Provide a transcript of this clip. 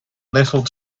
little